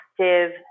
active